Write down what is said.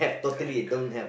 correct correct